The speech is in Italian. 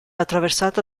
attraversata